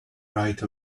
right